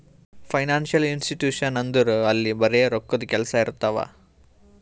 financial institution ಅಂದುರ್ ಅಲ್ಲಿ ಬರೆ ರೋಕ್ಕಾದೆ ಕೆಲ್ಸಾ ಇರ್ತಾವ